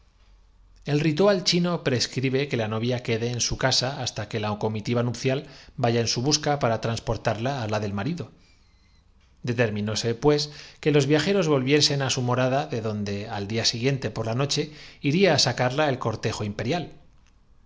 el ritual chino prescribe que la novia quede en su casa hasta menos el políglota se disponían á protestar tumultuo que la comitiva nupcial vaya en su busca samente cuando la idea de poder perder la vida si se para transportarla á la del marido determinóse pues obstinaban en rehusar sugirió á don sindulfoun plan que los viajeros volviesen á su morada de donde al día conciliador siguiente por la noche iría á sacarla el cortejo